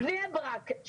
בני ברק,